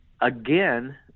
Again